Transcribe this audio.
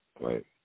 right